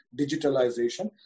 digitalization